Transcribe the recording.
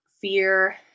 fear